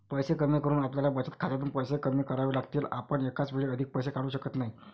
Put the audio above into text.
पैसे कमी करून आपल्याला बचत खात्यातून पैसे कमी करावे लागतील, आपण एकाच वेळी अधिक पैसे काढू शकत नाही